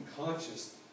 conscious